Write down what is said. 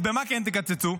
אז במה כן תקצצו?